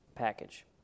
package